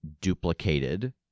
duplicated